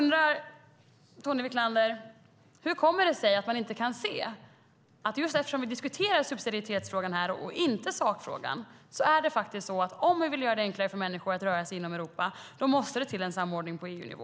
Hur kommer det sig att man inte kan se - just därför att vi diskuterar subsidiaritetsfrågan och inte sakfrågan - att om vi vill göra det enklare för människor att röra sig inom Europa måste det till en samordning på EU-nivå?